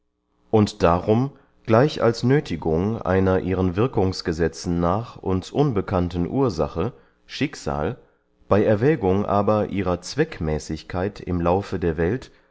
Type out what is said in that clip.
und darum gleich als nöthigung einer ihren wirkungsgesetzen nach uns unbekannten ursache schicksal bey erwägung aber ihrer zweckmäßigkeit im laufe der welt